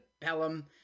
Pelham